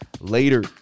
later